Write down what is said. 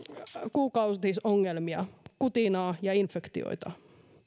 kuukautisongelmia kutinaa ja infektioita